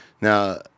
Now